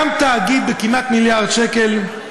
קם תאגיד כמעט במיליארד שקל.